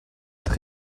êtes